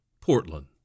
Portland